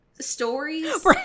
stories